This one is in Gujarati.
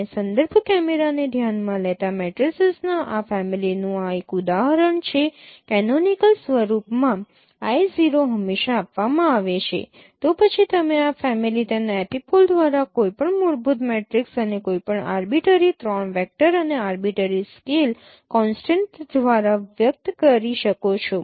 અને સંદર્ભ કેમેરાને ધ્યાન માં લેતા મેટ્રિસીસના ફેમિલીનું આ એક ઉદાહરણ છે કેનોનીકલ સ્વરૂપમાં I | 0 હંમેશા આપવામાં આવે છે તો પછી તમે આ ફેમિલી તેના એપિપોલ દ્વારા કોઈપણ મૂળભૂત મેટ્રિક્સ અને કોઈપણ આરબીટરી 3 વેક્ટર અને આરબીટરી સ્કેલર કોન્સટન્ટ દ્વારા વ્યક્ત કરી શકો છો